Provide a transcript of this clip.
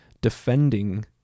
defending